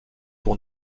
pour